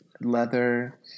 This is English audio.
leather